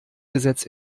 gesetz